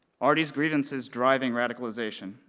are these grievances driving radicalization?